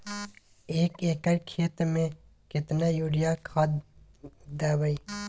एक एकर खेत मे केतना यूरिया खाद दैबे?